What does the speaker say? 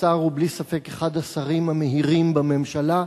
השר הוא בלי ספק אחד השרים המהירים בממשלה,